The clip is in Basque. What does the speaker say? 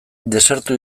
desertu